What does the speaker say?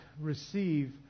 receive